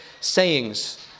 sayings